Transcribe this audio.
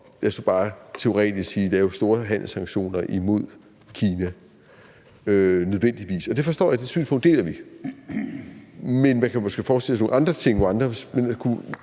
os nu bare teoretisk sige nødvendigvis at lave store handelssanktioner imod Kina. Det forstår jeg, og det synspunkt deler vi. Men man kan måske forestille sig nogle andre ting. Men kunne